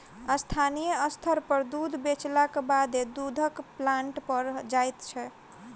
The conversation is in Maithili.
स्थानीय स्तर पर दूध बेचलाक बादे दूधक प्लांट पर जाइत छै